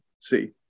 see